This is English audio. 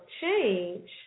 change